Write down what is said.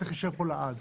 שצריך להישאר פה לעד.